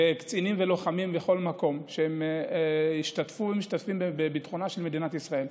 וקצינים ולוחמים בכל מקום שהשתתפו ומשתתפים בביטחונה של מדינת ישראל,